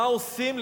מה עושים,